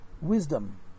Wisdom